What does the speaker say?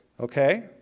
Okay